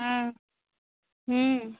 हँ हूँ